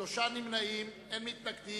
61, שלושה נמנעים, אין מתנגדים.